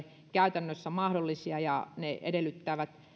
käytännössä mahdollisia ja ne edellyttävät